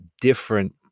different